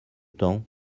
temps